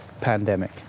pandemic